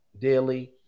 daily